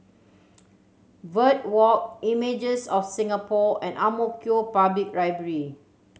Verde Walk Images of Singapore and Ang Mo Kio Public Library